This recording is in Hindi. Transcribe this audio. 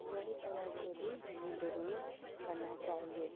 वही कलर से भी हमें डोरोइंग करना चाहिए